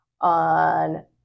on